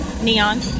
neon